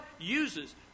uses